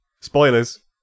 Spoilers